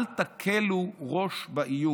אל תקלו ראש באיום.